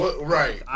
Right